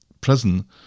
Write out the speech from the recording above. prison